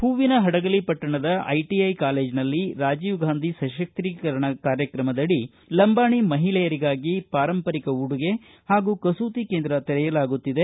ಹೂವಿನ ಹಡಗಲಿ ಪಟ್ಟಣದ ಐಟಐ ಕಾಲೇಜಿನಲ್ಲಿ ರಾಜೀವ್ ಗಾಂಧಿ ಸಶಕ್ತೀಕರಣ ಕಾರ್ಯಕ್ರಮದಡಿ ಲಂಬಾಣಿ ಮಹಿಳೆಯರಿಗಾಗಿ ಪಾರಂಪರಿಕ ಉಡುಗೆ ಹಾಗೂ ಕಸೂತಿ ಕೇಂದ್ರ ತೆರೆಯಲಾಗುತ್ತಿದೆ